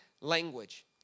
language